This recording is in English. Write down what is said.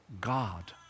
God